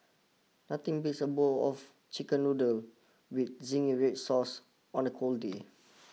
nothing beats a bowl of chicken noodle with zingy red sauce on a cold day